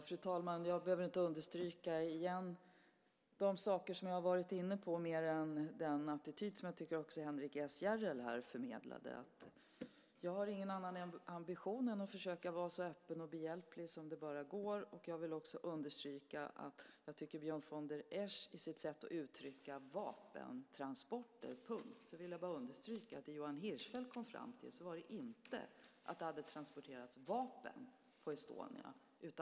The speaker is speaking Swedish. Fru talman! Jag behöver inte understryka igen de saker som jag har varit inne på mer än den attityd som jag tycker Henrik S Järrel här förmedlade. Jag har ingen annan ambition än att försöka vara så öppen och behjälplig som det bara går. Jag vill också understryka, när Björn von der Esch använder uttrycket "vapentransporter", att det Johan Hirschfeldt kom fram till inte var att det hade transporterats vapen på Estonia.